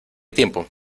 tiempo